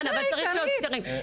צריך להיות קצרים.